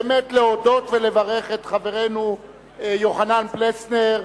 באמת להודות ולברך את חברינו יוחנן פלסנר,